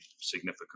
significant